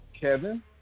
Kevin